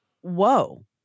whoa